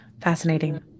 Fascinating